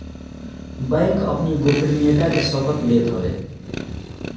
bank अपनी गोपनीयता के शपथ लेत हवे